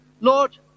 Lord